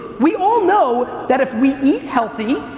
we all know that if we eat healthy,